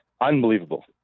unbelievable